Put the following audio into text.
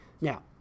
Now